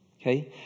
Okay